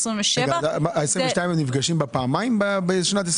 ה-2022 נפגשים פעמיים בשנת 2027?